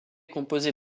composée